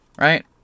right